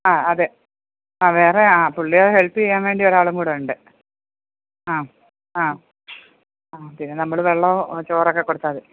ആ അതെ ആ വേറെ ആ പുള്ളിയെ ഹെൽപ്പ് ചെയ്യാൻ വേണ്ടി ഒരാളും കൂടെ ഉണ്ട് ആ ആ ആ പിന്നെ നമ്മള് വെള്ളമോ ചോറൊക്കെ കൊടുത്താൽ മതി